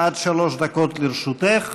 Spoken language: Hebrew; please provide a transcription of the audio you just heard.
עד שלוש דקות לרשותך,